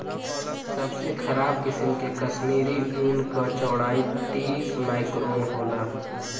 सबसे खराब किसिम के कश्मीरी ऊन क चौड़ाई तीस माइक्रोन होला